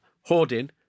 Hoarding